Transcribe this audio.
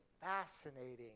fascinating